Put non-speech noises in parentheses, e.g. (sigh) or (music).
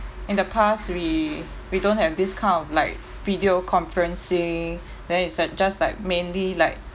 in the past we we don't have this kind of like video conferencing (breath) then it's like just like mainly like